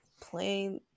playing